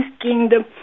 kingdom